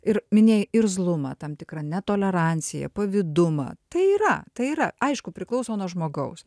ir minėjai irzlumą tam tikrą netoleranciją pavydumą tai yra tai yra aišku priklauso nuo žmogaus